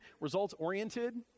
results-oriented